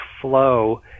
flow